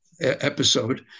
episode